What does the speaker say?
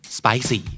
spicy